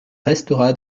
restera